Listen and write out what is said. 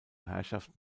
herrschaft